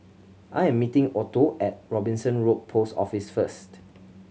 I am meeting Otto at Robinson Road Post Office first